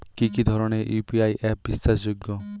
কি কি ধরনের ইউ.পি.আই অ্যাপ বিশ্বাসযোগ্য?